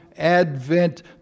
Advent